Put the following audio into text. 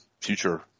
future